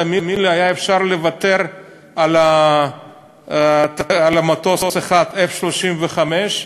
תאמין לי, היה אפשר לוותר על מטוס F-35 אחד.